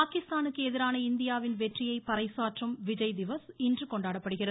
பாகிஸ்தானுக்கு எதிரான இந்தியாவின் வெற்றியை பறைசாற்றும் விஜய் திவஸ் இன்று கொண்டாடப்படுகிறது